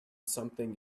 something